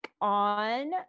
on